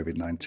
COVID-19